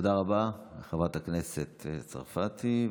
תודה רבה לחברת הכנסת צרפתי.